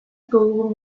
толугу